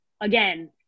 again